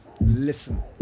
listen